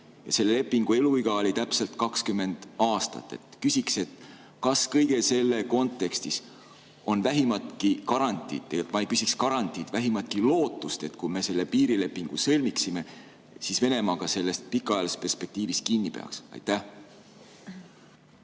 Ja selle lepingu eluiga oli täpselt 20 aastat. Küsin: kas kõige selle kontekstis on vähimatki garantiid – või ma ei ütleks garantiid –, vähimatki lootust, et kui me selle piirilepingu sõlmiksime, siis Venemaa ka sellest pikaajalises perspektiivis kinni peaks? Aitäh,